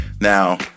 Now